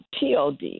TOD